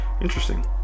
interesting